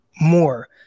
more